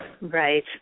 Right